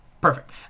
Perfect